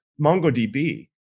MongoDB